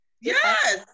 Yes